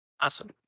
Awesome